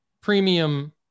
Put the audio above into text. premium